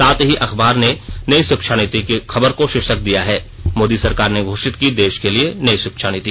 साथ ही अखबार ने नई शिक्षा नीति की खबर को शीर्षक दिया है मोदी सरकार ने घोषित की देश के लिए नई शिक्षा नीति